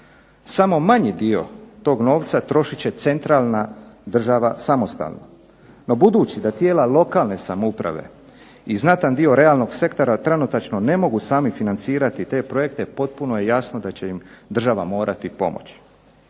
Samo manji dio tog novca trošit će centralna država samostalno, no budući da tijela lokalne samouprave i znatan dio realnog sektora trenutačno ne mogu sami financirati te projekte potpuno je jasno da će im država morati pomoći.